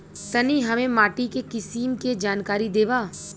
तनि हमें माटी के किसीम के जानकारी देबा?